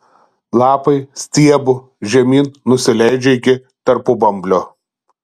lapai stiebu žemyn nusileidžia iki tarpubamblio